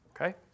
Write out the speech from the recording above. Okay